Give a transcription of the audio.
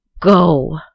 go